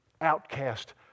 outcast